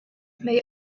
may